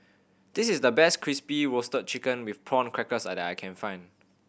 this is the best Crispy Roasted Chicken with Prawn Crackers that I can find